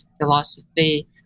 philosophy